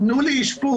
תנו לי אשפוז,